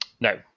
no